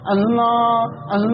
Allah